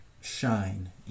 shine